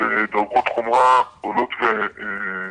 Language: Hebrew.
ואת הרמות חומרה עולות ומחמירות.